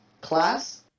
class